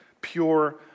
pure